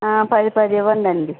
పది పది ఇవ్వండి అండి